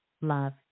love